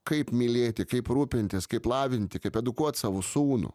kaip mylėti kaip rūpintis kaip lavinti kaip edukuot savo sūnų